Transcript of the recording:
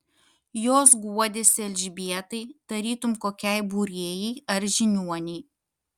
jos guodėsi elžbietai tarytum kokiai būrėjai ar žiniuonei